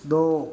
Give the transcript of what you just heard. दो